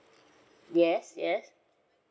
yes yes